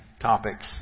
topics